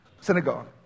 synagogue